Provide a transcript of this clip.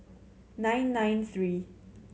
nine nine three